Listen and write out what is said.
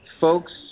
folks